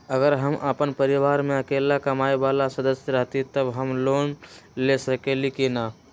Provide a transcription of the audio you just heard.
अगर हम अपन परिवार में अकेला कमाये वाला सदस्य हती त हम लोन ले सकेली की न?